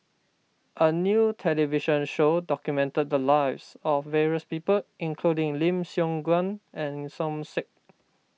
a new television show documented the lives of various people including Lim Siong Guan and Som Said